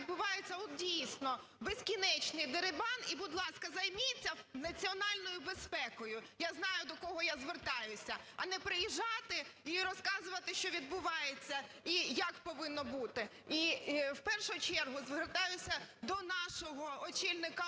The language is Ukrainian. відбувається от дійсно безкінечний дерибан. І, будь ласка, займіться національною безпекою (я знаю, до кого я звертаюся), а не приїжджати і розказувати, що відбувається і як повинно бути. І в першу чергу звертаюсь до нашого очільника